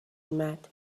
اومد